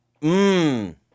Mmm